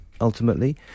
ultimately